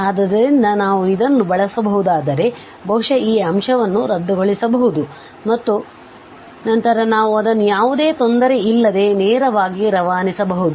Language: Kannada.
ಆದ್ದರಿಂದ ನಾವು ಇದನ್ನು ಬಳಸಬಹುದಾದರೆ ಬಹುಶಃ ಈ ಅಂಶವನ್ನು ರದ್ದುಗೊಳಿಸಬಹುದು ಮತ್ತು ನಂತರ ನಾವು ಅದನ್ನು ಯಾವುದೇ ತೊಂದರೆ ಇಲ್ಲದೆ ನೇರವಾಗಿ ರವಾನಿಸಬಹುದು